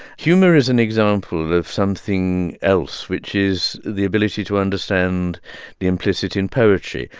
humor is an example of of something else, which is the ability to understand the implicit in poetry.